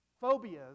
Phobias